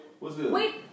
Wait